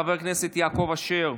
חבר הכנסת יעקב אשר,